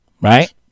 right